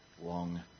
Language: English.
long